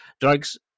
drugs